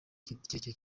kirekire